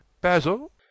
Basil